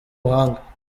ubuhanga